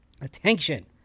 Attention